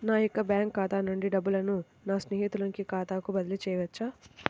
నా యొక్క బ్యాంకు ఖాతా నుండి డబ్బులను నా స్నేహితుని ఖాతాకు బదిలీ చేయవచ్చా?